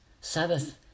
Sabbath